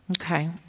Okay